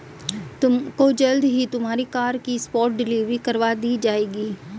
तुमको जल्द ही तुम्हारी कार की स्पॉट डिलीवरी करवा दी जाएगी